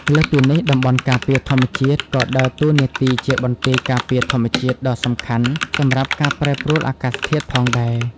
លើសពីនេះ តំបន់ការពារធម្មជាតិក៏ដើរតួនាទីជាបន្ទាយការពារធម្មជាតិដ៏សំខាន់សម្រាប់ការប្រែប្រួលអាកាសធាតុផងដែរ។